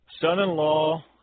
Son-in-law